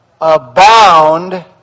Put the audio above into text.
abound